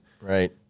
Right